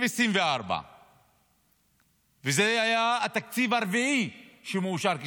2024. זה היה התקציב הרביעי שמאושר.